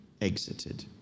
exited